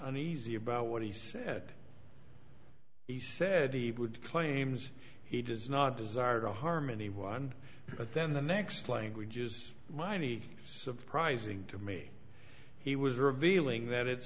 uneasy about what he said he said he would claims he does not desire to harm anyone but then the next languages whiny surprising to me he was revealing that it's